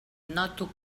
noto